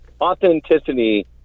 authenticity